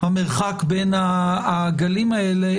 המרחק בין הגלים האלה,